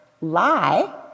lie